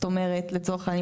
לצורך העניין,